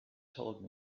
told